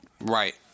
Right